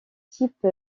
type